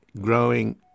growing